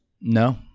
no